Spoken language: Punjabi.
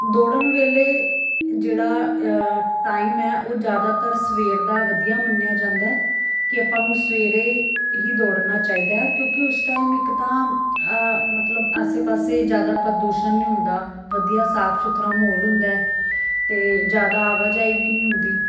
ਦੌੜਨ ਵੇਲੇ ਜਿਹੜਾ ਟਾਈਮ ਹੈ ਉਹ ਜ਼ਿਆਦਾਤਰ ਸਵੇਰ ਦਾ ਵਧੀਆ ਮੰਨਿਆ ਜਾਂਦਾ ਕਿ ਆਪਾਂ ਨੂੰ ਸਵੇਰੇ ਹੀ ਦੌੜਨਾ ਚਾਹੀਦਾ ਹੈ ਕਿਉਂਕਿ ਉਸ ਟਾਈਮ ਇੱਕ ਤਾਂ ਮਤਲਬ ਆਸੇ ਪਾਸੇ ਜ਼ਿਆਦਾ ਪ੍ਰਦੂਸ਼ਣ ਨਹੀਂ ਹੁੰਦਾ ਵਧੀਆ ਸਾਫ਼ ਸੁਥਰਾ ਮਾਹੌਲ ਹੁੰਦਾ ਅਤੇ ਜ਼ਿਆਦਾ ਆਵਾਜਾਈ ਵੀ ਨਹੀਂ ਹੁੰਦੀ